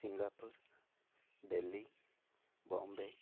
Singapore Delhi Bombay